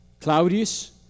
Claudius